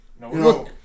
No